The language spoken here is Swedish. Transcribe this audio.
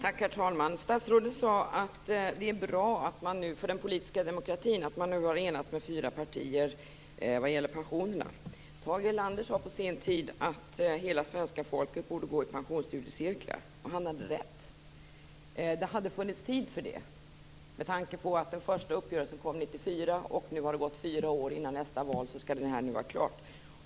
Herr talman! Statsrådet sade att det är bra för den politiska demokratin att fyra partier har enats i frågan om pensionerna. Tage Erlander sade på sin tid att hela svenska folket borde gå i pensionsstudiecirklar. Han hade rätt. Det hade funnits tid till det. Den första uppgörelsen kom 1994. Nu har det gått fyra år, och innan nästa val skall det hela vara klart.